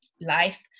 life